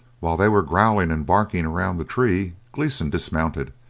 while they were growling and barking around the tree gleeson dismounted,